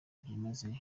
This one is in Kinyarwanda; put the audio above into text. byimazeyo